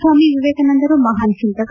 ಸ್ವಾಮಿ ವಿವೇಕಾನಂದರು ಮಹಾನ್ ಚಿಂತಕ